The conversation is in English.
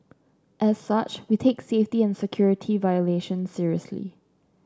as such we take safety and security violation seriously